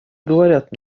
говорят